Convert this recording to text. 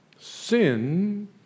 Sin